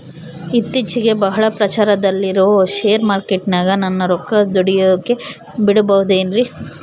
ಇತ್ತೇಚಿಗೆ ಬಹಳ ಪ್ರಚಾರದಲ್ಲಿರೋ ಶೇರ್ ಮಾರ್ಕೇಟಿನಾಗ ನನ್ನ ರೊಕ್ಕ ದುಡಿಯೋಕೆ ಬಿಡುಬಹುದೇನ್ರಿ?